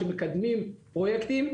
שמקדמים פרויקטים,